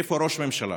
איפה ראש הממשלה?